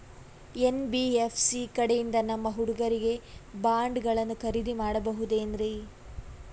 NBFC ಕಡೆಯಿಂದ ನಮ್ಮ ಹುಡುಗರಿಗೆ ಬಾಂಡ್ ಗಳನ್ನು ಖರೀದಿದ ಮಾಡಬಹುದೇನ್ರಿ?